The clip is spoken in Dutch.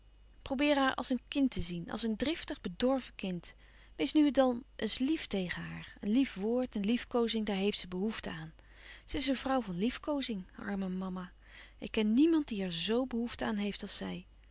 haar als een kind te zien als een driftig bedorven kind wees nu en dan eens lief tegen haar een lief woord een liefkoozing daar heeft ze behoefte aan ze is een vrouw van liefkoozing arme mama ik ken niemand die er z behoefte aan heeft als zij